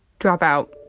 drop out.